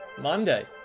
Monday